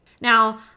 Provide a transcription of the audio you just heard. Now